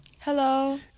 Hello